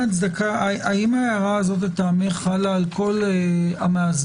האם ההערה הזאת לדעתך חלה על כל המאסדרים?